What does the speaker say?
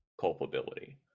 culpability